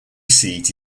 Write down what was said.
seat